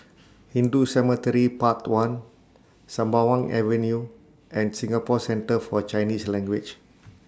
Hindu Cemetery Path one Sembawang Avenue and Singapore Centre For Chinese Language